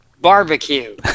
barbecue